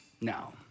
now